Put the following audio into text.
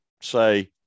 say